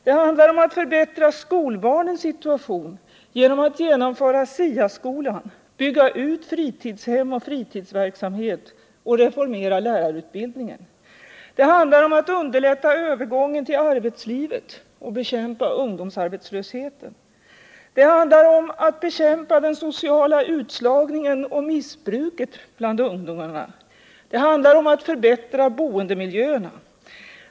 Det handlar om att förbättra skolbarnens situation genom att genomföra SIA-skolan, bygga ut fritidshem och fritidsverksamhet och reformera lärarutbildningen. Det handlar om att underlätta övergången till arbetslivet och bekämpa ungdomsarbetslösheten. Det handlar om att bekämpa den sociala utslagningen och missbruket bland ungdomarna. Det handlar om att förbättra boendemiljöerna.